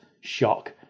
shock